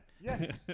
Yes